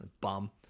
Bum